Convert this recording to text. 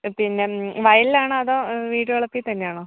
പിന്നെ വയലിലാണോ അതോ വീട്ടുവളപ്പിൽ തന്നെയാണോ